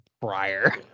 prior